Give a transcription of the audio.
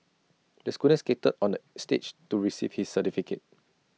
the student skated on the stage to receive his certificate